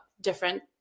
different